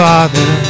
Father